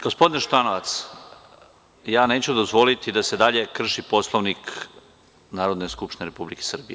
Gospodine Šutanovac, ja neću dozvoliti da se dalje krši Poslovnik Narodne skupštine Republike Srbije.